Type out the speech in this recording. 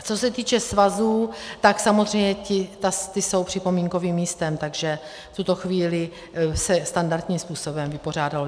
Co se týče svazů, tak samozřejmě ty jsou připomínkovým místem, takže v tuto chvíli se standardním způsobem vypořádalo.